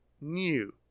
new